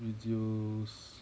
videos